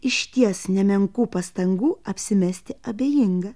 išties nemenkų pastangų apsimesti abejinga